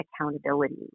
accountability